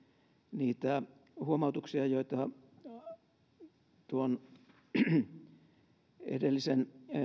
niitä huomautuksia joita edellisen